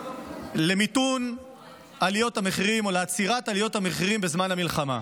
למיתון עליות המחירים או לעצירת עליות המחירים בזמן המלחמה.